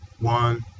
one